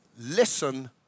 Listen